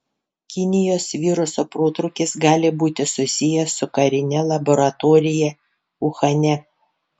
kinijos viruso protrūkis gali būti susijęs su karine laboratorija uhane